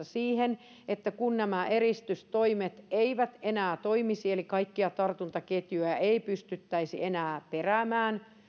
siihen että kun nämä eristystoimet eivät enää toimisi eli kaikkia tartuntaketjuja ei pystyttäisi enää peräämään